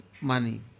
money